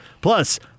Plus